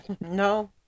no